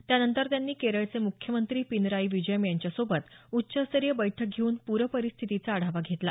त्यानंतर त्यांनी केरळचे मुख्यमंत्री पिनराई विजयम यांच्या सोबत उच्चस्तरिय बैठक घेऊन पूरपरिस्थितीचा आढावा घेतला